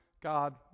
God